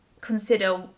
consider